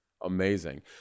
amazing